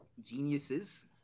Geniuses